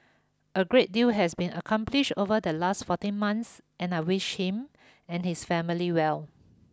a great deal has been accomplished over the last fourteen months and I wish him and his family well